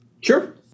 Sure